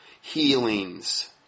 Healings